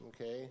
okay